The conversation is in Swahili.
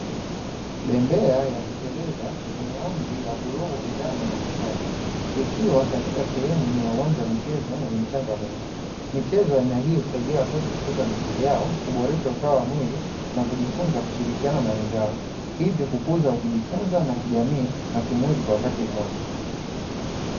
Bembea ya kuteleza yenye rangi ya bluu, njano na kijani ikiwa katika sehemu ya uwanja wa michezo wenye mchanga mwingi, michezo ya aina hii husaidia watoto kukuza misuli yako, kuboresha usawa wa mwili na kujifunza kushirikiana na wenzao hivyo kukuza kujifunza na kijamii na kimwili kwa wakati mmoja.